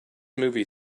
movie